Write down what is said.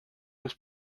was